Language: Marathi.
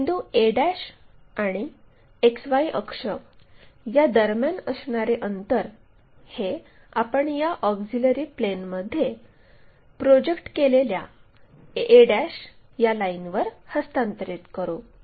बिंदू a आणि XY अक्ष यादरम्यान असणारे अंतर हे आपण या ऑक्झिलिअरी प्लेनमध्ये प्रोजेक्ट केलेल्या a या लाईनवर हस्तांतरित करू